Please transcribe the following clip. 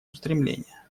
устремления